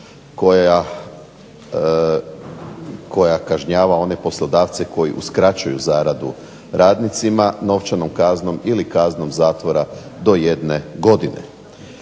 koja kažnjava one poslodavce koji uskraćuju zaradu radnicima novčanom kaznom ili kaznom zatvora do jedne godine.